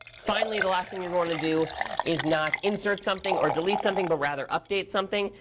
finally, the last thing you want to do is not insert something or delete something, but rather update something.